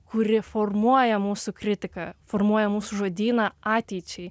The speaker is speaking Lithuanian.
kuri formuoja mūsų kritika formuoja mūsų žodyną ateičiai